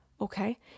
Okay